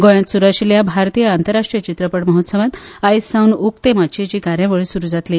गोंयांत सुरू आशिल्ल्या भारतीय आंतरराष्ट्रीय चित्रपट महोत्सवांत आयज सावन उक्ते माशयेची कार्यावळ सुरू जातली